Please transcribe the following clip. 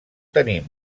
tenim